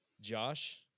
Josh